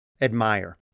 admire